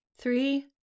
Three